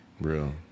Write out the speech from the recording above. Real